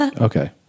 Okay